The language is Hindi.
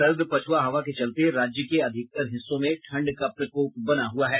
सर्द पछुआ हवा के चलते राज्य के अधिकतर हिस्सों में ठंड का प्रकोप बना हुआ है